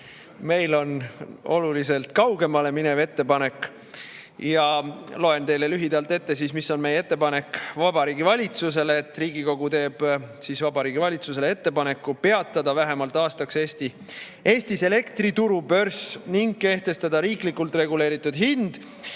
meil on oluliselt kaugemale minev ettepanek. Loen teile siis lühidalt ette, mis on meie ettepanek Vabariigi Valitsusele. Riigikogu teeb Vabariigi Valitsusele ettepaneku peatada vähemalt aastaks Eestis elektrituru börs ning kehtestada riiklikult reguleeritud hind